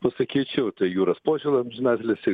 pasakyčiau tai juras požela amžinatilsį